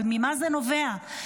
אבל ממה זה נובע?